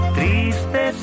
Triste